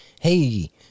Hey